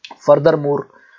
Furthermore